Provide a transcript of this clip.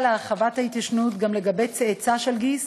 להרחבת התיישנות גם לגבי צאצא של גיס,